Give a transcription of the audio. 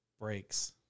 breaks